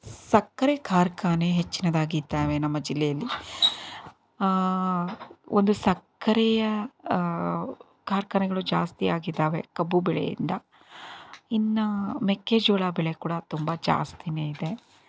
ಸಕ್ಕರೆ ಕಾರ್ಖಾನೆ ಹೆಚ್ಚಿನದಾಗಿದ್ದಾವೆ ನಮ್ಮ ಜಿಲ್ಲೆಯಲ್ಲಿ ಒಂದು ಸಕ್ಕರೆಯ ಕಾರ್ಖಾನೆಗಳು ಜಾಸ್ತಿಯಾಗಿದ್ದಾವೆ ಕಬ್ಬು ಬೆಳೆಯಿಂದ ಇನ್ನು ಮೆಕ್ಕೆಜೋಳ ಬೆಳೆ ಕೂಡ ತುಂಬ ಜಾಸ್ತಿನೆ ಇದೆ